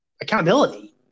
accountability